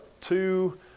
two